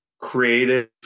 creative